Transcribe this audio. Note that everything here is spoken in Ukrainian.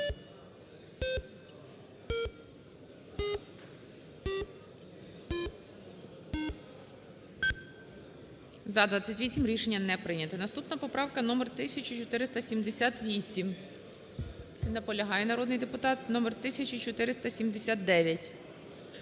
За-28 Рішення не прийняте. Наступна поправка номер 1478. Не наполягає народний депутат. Номер 1479.